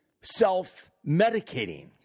self-medicating